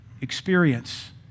experience